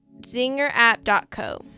zingerapp.co